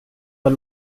are